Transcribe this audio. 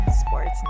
Sports